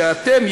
שאתם,